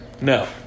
No